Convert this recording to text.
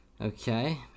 Okay